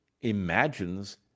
imagines